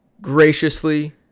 graciously